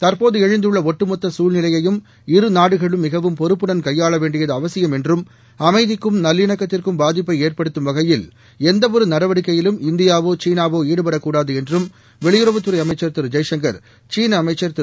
தற்போது எழுந்துள்ள ஒட்டுமொத்த சூழ்நிலையையும் இருநாடுகளும் மிகவும் பொறுப்புடன் கையாள வேண்டியது அவசியம் என்றும் அமைதிக்கும் நல்லிணக்கத்திற்கும் பாதிப்எப ஏற்படுத்தும் வகையில் எந்தவொரு நடவடிக்கையிலும் இந்தியாவோ சீனாவோ ஈடுபடக்கூடாது என்றும் வெளியுறவுத் துறை அமைச்சர் திரு ஜெய்சங்கர் சீன அமைச்சர் திரு